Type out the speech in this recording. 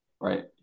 right